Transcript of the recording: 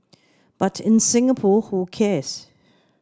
but in Singapore who cares